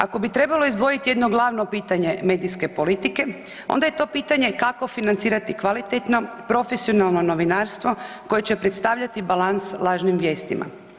Ako bi trebalo izdvojiti jedno glavno pitanje medijske politike, onda je to pitanje kako financirati kvalitetno, profesionalno novinarstvo koje će predstavljati balans lažnim vijestima.